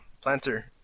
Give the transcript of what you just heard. planter